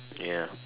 ya